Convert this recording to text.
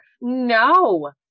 No